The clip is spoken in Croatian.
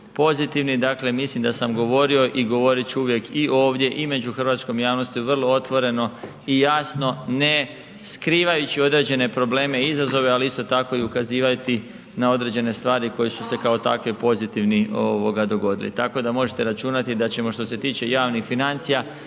pozitivni, dakle mislim da sam govorio i govorit ću uvijek i ovdje i među hrvatskom javnosti vrlo otvoreno i jasno ne skrivajući određene probleme i izazove, ali isto tako i ukazivati na određene stvari koje su se kao takve pozitivni dogodile, tako da možete računati da ćemo što se tiče javnih financija